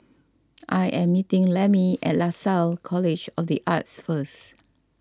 I am meeting Lemmie at Lasalle College of the Arts first